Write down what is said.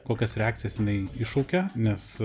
kokios reakcijas jinai iššaukia nes